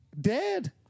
Dead